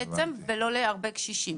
ולהרבה קשישים.